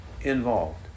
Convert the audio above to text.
involved